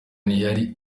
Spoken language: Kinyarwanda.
ntiyari